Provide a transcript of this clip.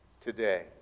today